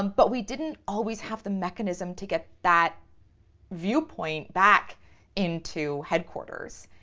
um but we didn't always have the mechanism to get that viewpoint back into headquarters.